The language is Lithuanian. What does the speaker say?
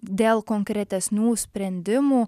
dėl konkretesnių sprendimų